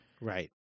Right